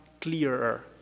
clearer